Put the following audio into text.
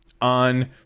on